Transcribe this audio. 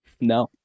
no